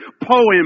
poem